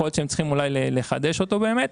ויכול להיות שהם צריכים אולי לחדש אותו באמת.